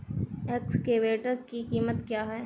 Excavator की कीमत क्या है?